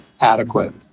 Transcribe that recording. adequate